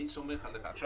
עכשיו,